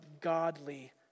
godly